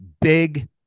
big